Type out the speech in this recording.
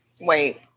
wait